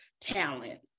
talent